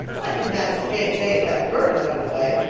i can manage james a. if that bird is out of the way.